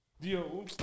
yo